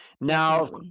Now